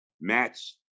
match